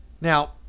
Now